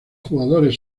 jugadores